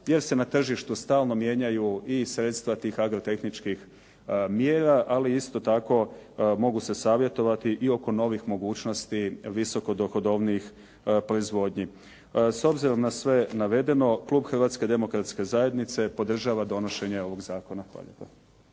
jer se na tržištu stalno mijenjaju i sredstva tih agrotehničkih mjera, ali isto tako mogu se savjetovati i oko novih mogućnosti visoko dohodovnijih proizvodnji. S obzirom na sve navedeno, klub Hrvatske demokratske zajednice podržava donošenje ovog zakona. Hvala